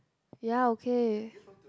ya okay